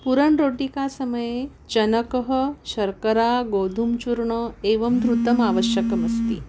पुरण् रोटिका समये चनकः शर्करा गोधूमः चूर्णम् एवं धृतम् आवश्यकमस्ति